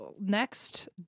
next